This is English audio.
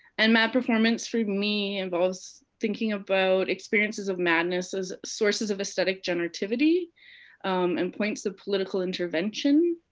and mad performance for me involves thinking about experiences of madness as sources of aesthetic generativity and points of political intervention.